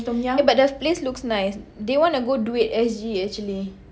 eh but the place looks nice they wanna go DuitSg actually